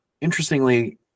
Interestingly